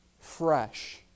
Fresh